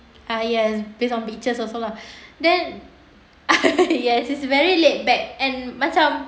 err yes based on pictures also lah then yes it's very laid back and macam